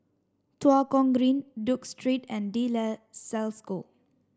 Tua Kong Green Duke Street and De La Salle School